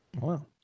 Wow